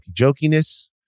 jokiness